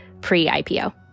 pre-IPO